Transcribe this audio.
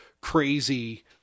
crazy